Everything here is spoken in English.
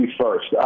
first